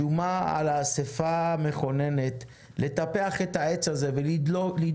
שומה על האסיפה המכוננת לטפח את העץ הזה ולדאוג